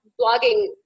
blogging